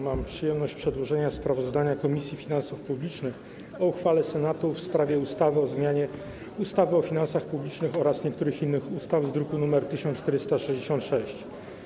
Mam przyjemność przedłożyć sprawozdanie Komisji Finansów Publicznych o uchwale Senatu w sprawie ustawy o zmianie ustawy o finansach publicznych oraz niektórych innych ustaw, druk nr 1466.